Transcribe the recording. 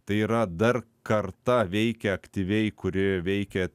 tai yra dar karta veikia aktyviai kurie veikė